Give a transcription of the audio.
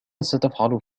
ستفعل